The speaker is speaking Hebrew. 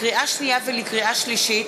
לקריאה שנייה ולקריאה שלישית,